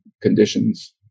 conditions